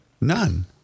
None